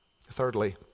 Thirdly